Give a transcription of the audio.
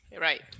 right